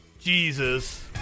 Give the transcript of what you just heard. Jesus